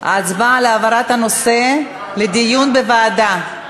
ההצבעה על העברת הנושא לדיון בוועדה.